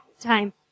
time